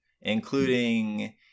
including